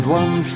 one